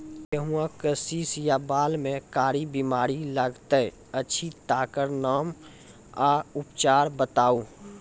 गेहूँमक शीश या बाल म कारी बीमारी लागतै अछि तकर नाम आ उपचार बताउ?